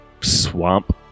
swamp